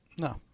No